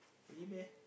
really meh